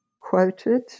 quoted